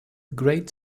great